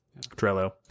Trello